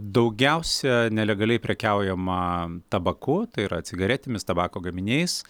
daugiausia nelegaliai prekiaujama tabaku tai yra cigaretėmis tabako gaminiais